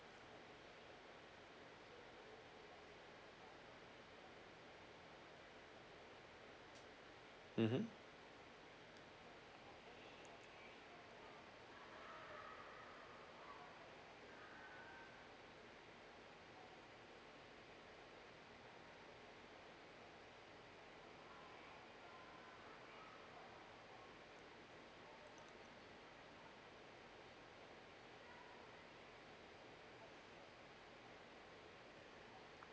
mmhmm